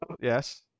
Yes